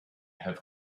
have